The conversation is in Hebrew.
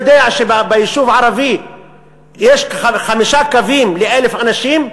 אתה יודע שביישוב ערבי יש כחמישה קווים ל-1,000 ערבים?